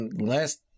last